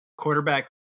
Quarterback